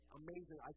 amazing